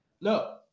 No